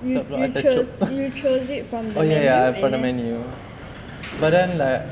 sebelum I terchoke oh ya ya from the menu but then like